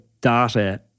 data